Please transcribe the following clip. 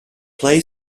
play